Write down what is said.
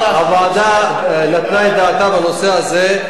הוועדה נתנה את דעתה בנושא הזה,